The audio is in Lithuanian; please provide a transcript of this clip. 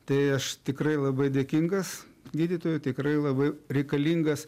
tai aš tikrai labai dėkingas gydytojui tikrai labai reikalingas